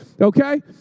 Okay